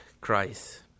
Christ